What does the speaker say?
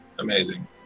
amazing